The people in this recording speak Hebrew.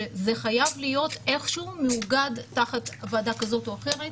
שזה חייב להיות איכשהו מאוגד תחת ועדה כזאת או אחרת,